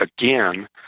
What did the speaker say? again